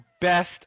best